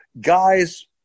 guys